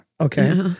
Okay